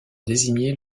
désigner